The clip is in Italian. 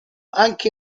anche